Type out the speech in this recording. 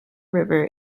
river